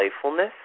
playfulness